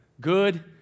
good